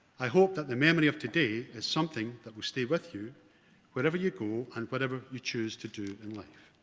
i hope that the memory of today is something that will stay with you wherever you go and whatever you choose to do in life.